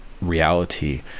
reality